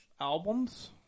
albums